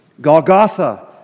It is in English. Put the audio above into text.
Golgotha